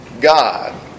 god